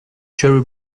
cherry